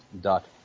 dot